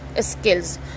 Skills